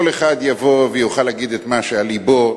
כל אחד יבוא ויוכל להגיד מה שעל לבו.